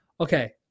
okay